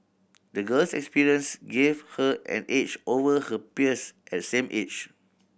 the girl's experience gave her an edge over her peers at same age